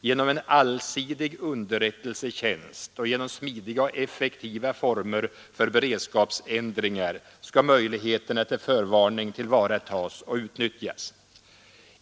Genom en allsidig underrättelsetjänst och genom smidiga och effektiva former för beredskapsändringar skall möjligheterna till förvarning tillvaratas och utnyttjas”.